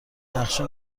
نقشه